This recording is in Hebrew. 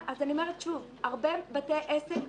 בהרבה בתי עסק,